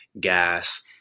gas